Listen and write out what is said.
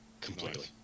Completely